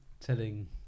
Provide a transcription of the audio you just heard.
Telling